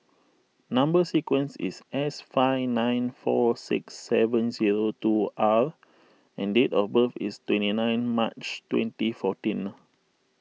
Number Sequence is S five nine four six seven zero two R and date of birth is twenty nine March twenty fourteen